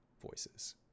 voices